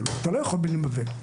בלי מלווה.